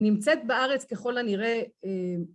נמצאת בארץ ככל הנראה...